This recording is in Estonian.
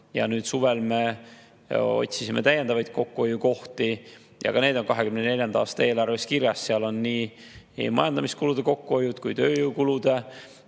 parandanud. Suvel me otsisime täiendavaid kokkuhoiukohti ja ka need on 2024. aasta eelarves kirjas. Seal on nii majandamiskulude kui tööjõukulude